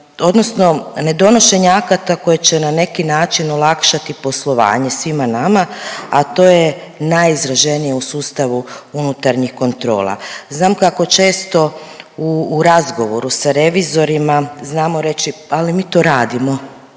odnosno ne donošenja akta koji će na neki način olakšati poslovanje svima nama, a to je najizraženije u sustavu unutarnjih kontrola. Znam kako često u razgovoru sa revizorima znamo reći, ali mi to radimo